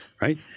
right